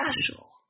special